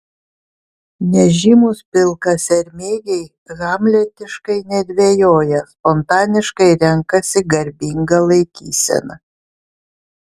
nežymūs pilkasermėgiai hamletiškai nedvejoja spontaniškai renkasi garbingą laikyseną